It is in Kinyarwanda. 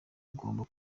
tugomba